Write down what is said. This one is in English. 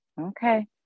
okay